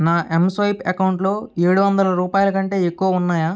నా ఎంస్వైప్ అకౌంటులో ఏడువందల రూపాయల కంటే ఎక్కువ ఉన్నాయా